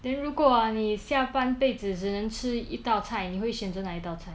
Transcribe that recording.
then 如果你下半辈子只能吃一道菜你会选择哪一道菜